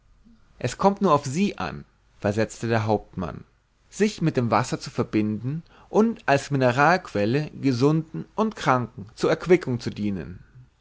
es kommt nur auf sie an versetzte der hauptmann sich mit dem wasser zu verbinden und als mineralquelle gesunden und kranken zur erquickung zu dienen